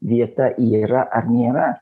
vieta yra ar nėra